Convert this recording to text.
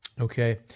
Okay